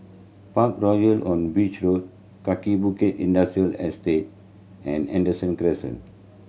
Parkroyal on Beach Road Kaki Bukit Industrial Estate and Henderson Crescent